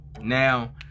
Now